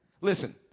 Listen